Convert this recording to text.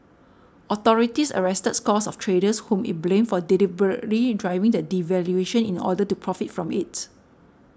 authorities arrested scores of traders whom it blamed for deliberately driving the devaluation in order to profit from it